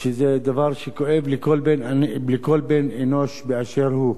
שזה דבר שכואב לכל בן אנוש באשר הוא.